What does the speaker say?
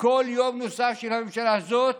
בכל יום נוסף של הממשלה הזו